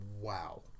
wow